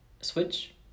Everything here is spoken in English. switch